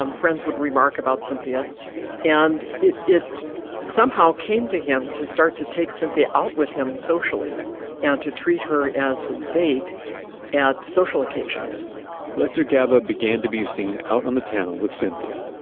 um friends would remark about cynthia and it it somehow came to him to start to take cynthia out with him socially and to treat her as his date at social occasions lester gaba began to be seen out on the town with cynthia.